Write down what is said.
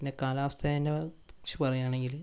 പിന്നെ കാലാവസ്ഥേനെ കുറിച്ച് പറയുകയാണെങ്കിൽ